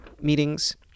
meetings